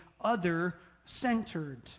other-centered